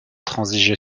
transiger